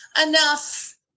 enough